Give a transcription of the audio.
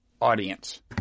audience